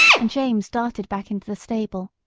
and james darted back into the stable.